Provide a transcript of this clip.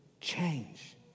change